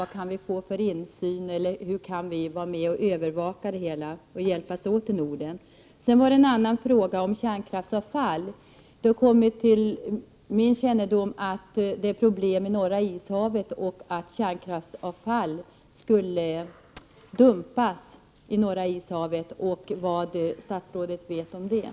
Vilken insyn kan vi få, eller hur kan vi i Norden hjäpas åt att övervaka det hela? Det har kommit till min kännedom att kärnkraftsavfall skall dumpas i Norra ishavet. Vad vet statsrådet om detta?